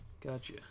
Gotcha